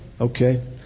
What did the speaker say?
Okay